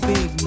Big